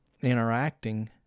interacting